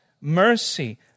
mercy